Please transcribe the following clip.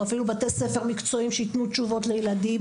או אפילו בתי ספר מקצועיים שיתנו תשובות לילדים,